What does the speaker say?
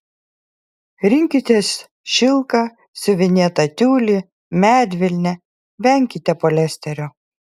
rinkitės šilką siuvinėtą tiulį medvilnę venkite poliesterio